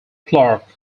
clark